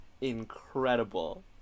incredible